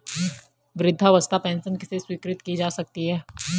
वृद्धावस्था पेंशन किसे स्वीकृत की जा सकती है?